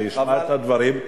שישמע את הדברים.